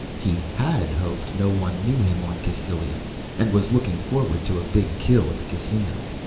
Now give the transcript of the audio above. he had hoped no one knew him on cassylia and was looking forward to a big kill at the casino.